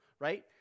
Right